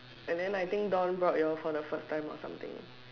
and then I think Don brought you all for the first time or something